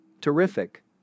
Terrific